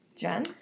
Jen